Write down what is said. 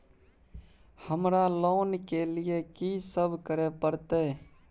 हमरा लोन के लिए की सब करे परतै?